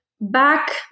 back